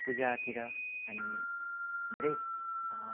पूजातिर हामी धेरै